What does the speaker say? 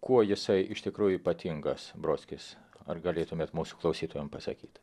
kuo jisai iš tikrųjų ypatingas brodskis ar galėtumėt mūsų klausytojam pasakyt